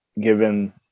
given